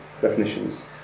definitions